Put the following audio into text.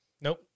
Nope